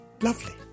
lovely